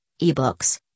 ebooks